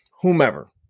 whomever